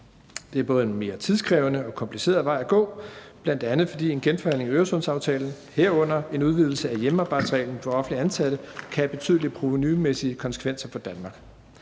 Det er en både mere tidskrævende og kompliceret vej at gå, bl.a. fordi en genforhandling af Øresundsaftalen, herunder en udvidelse af hjemmearbejdsreglen for offentligt ansatte, kan have betydelige provenumæssige konsekvenser for Danmark.